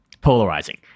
polarizing